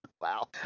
Wow